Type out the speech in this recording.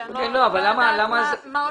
זה צריך